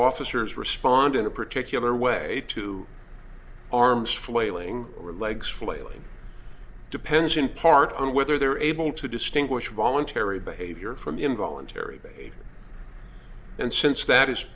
officers respond in a particular way to arms flailing or legs flailing depends in part on whether they're able to distinguish voluntary behavior from involuntary behavior and since that is